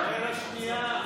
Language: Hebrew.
ישראל השנייה.